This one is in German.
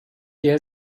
der